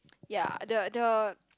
ya the the